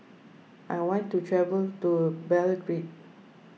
I want to travel to Belgrade